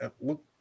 look